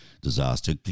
disaster